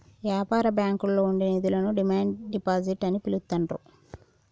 యాపార బ్యాంకుల్లో ఉండే నిధులను డిమాండ్ డిపాజిట్ అని పిలుత్తాండ్రు